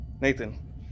Nathan